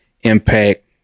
impact